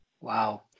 Wow